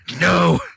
No